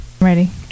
ready